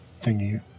thingy